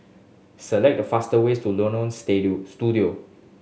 select the fastest ways to Studio